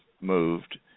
moved